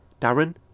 Darren